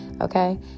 Okay